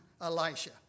Elisha